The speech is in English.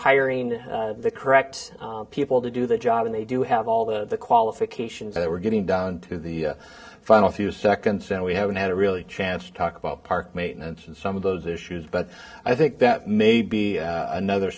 hiring the correct people to do the job and they do have all the qualifications that we're getting down to the final few seconds and we haven't had a really chance to talk about park maintenance and some of those issues but i think that may be another